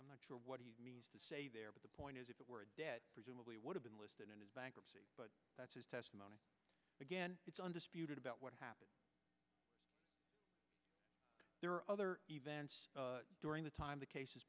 i'm not sure what to say there but the point is if it were a debt presumably it would have been listed in his bankruptcy but that's his testimony again it's undisputed about what happened there are other events during the time the case